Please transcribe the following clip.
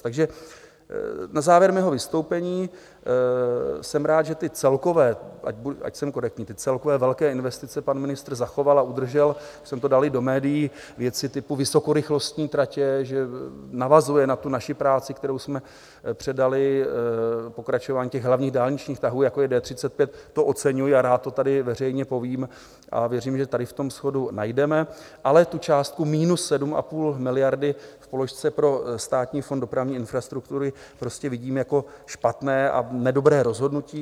Takže na závěr mého vystoupení, jsem rád, že ty celkové, ať jsem korektní, ty celkové velké investice pan ministr zachoval a udržel, už jsem to dal i do médií, věci typu vysokorychlostní tratě, že navazuje na tu naši práci, kterou jsme předali, pokračování těch hlavních dálničních tahů, jako je D35, to oceňuji a rád to tady veřejně povím a věřím, že tady v tom shodu najdeme, ale tu částku minus 7,5 miliardy v položce pro Státní fond dopravní infrastruktury prostě vidím jako špatné a nedobré rozhodnutí.